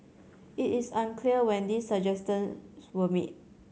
it is unclear when these suggestions were made